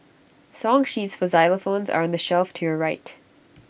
song sheets for xylophones are on the shelf to your right